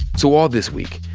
so all this week,